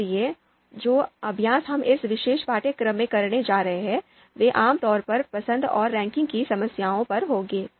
इसलिए जो अभ्यास हम इस विशेष पाठ्यक्रम में करने जा रहे हैं वे आम तौर पर पसंद और रैंकिंग की समस्याओं पर होंगे